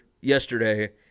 yesterday